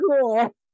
cool